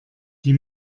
die